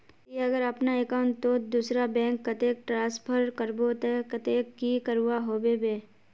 ती अगर अपना अकाउंट तोत दूसरा बैंक कतेक ट्रांसफर करबो ते कतेक की करवा होबे बे?